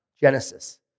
Genesis